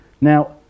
now